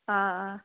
ꯑꯥ ꯑꯥ